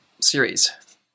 series